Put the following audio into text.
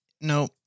no